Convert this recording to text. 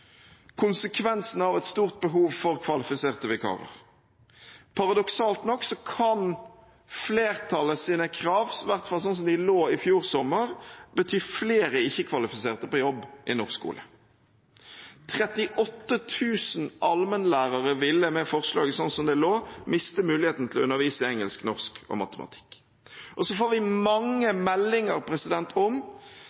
av et stort behov for kvalifiserte vikarer. Paradoksalt nok kan flertallets krav, i hvert fall slik de lå i fjor sommer, bety flere ikke-kvalifiserte på jobb i norsk skole. 38 000 allmennlærere ville med forslaget, slik det lå, miste muligheten til å undervise i engelsk, norsk og matematikk. Og så får vi mange